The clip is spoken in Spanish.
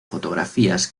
fotografías